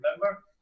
remember